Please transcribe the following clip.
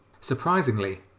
Surprisingly